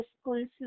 schools